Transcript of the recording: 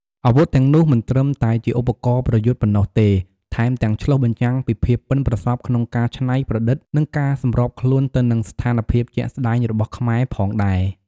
អាវុធទាំងនោះមិនត្រឹមតែជាឧបករណ៍ប្រយុទ្ធប៉ុណ្ណោះទេ ថែមទាំងឆ្លុះបញ្ចាំងពីភាពប៉ិនប្រសប់ក្នុងការច្នៃប្រឌិត និងការសម្របខ្លួនទៅនឹងស្ថានភាពជាក់ស្តែងរបស់ខ្មែរផងដែរ។